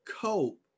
cope